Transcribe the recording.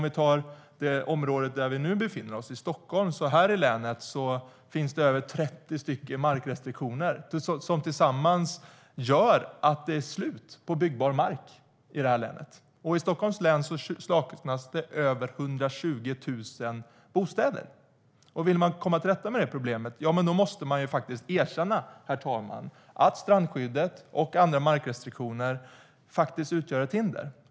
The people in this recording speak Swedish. I det område där vi nu befinner oss, Stockholms län, finns det över 30 markrestriktioner som tillsammans gör att det är slut på byggbar mark i länet. I Stockholms län saknas över 120 000 bostäder. Om man vill komma till rätta med det problemet måste man faktiskt erkänna att strandskyddet och andra markrestriktioner utgör ett hinder.